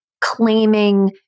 claiming